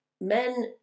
men